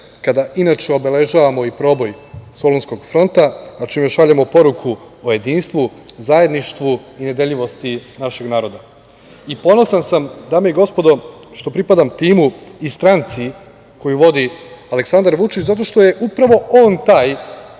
kada inače obeležavamo i proboj Solunskog fronta, a čime šaljemo poruku o jedinstvu, zajedništvu i nedeljivosti našeg naroda. Ponosan, dame i gospodo, što pripadam timu i stranci koju vodi Aleksandar Vučić zato što je upravo on taj